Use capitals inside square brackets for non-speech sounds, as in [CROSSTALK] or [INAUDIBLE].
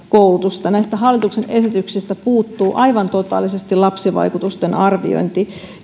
[UNINTELLIGIBLE] koulutusta näistä hallituksen esityksistä puuttuu aivan totaalisesti lapsivaikutusten arviointi